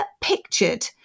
pictured